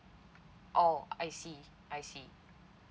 oh I see I see